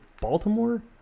baltimore